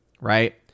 right